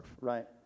Right